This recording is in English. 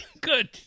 Good